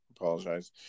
Apologize